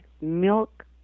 milk